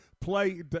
play